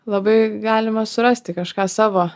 labai galima surasti kažką savo